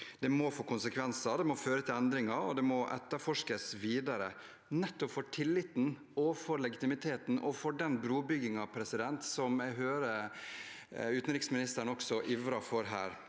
Det må få konsekvenser, det må føre til endringer, og det må etterforskes videre – nettopp for tilliten, for legitimiteten og for den brobyggingen jeg hører utenriksministeren også ivrer for her.